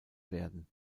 werden